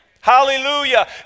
Hallelujah